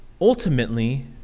Ultimately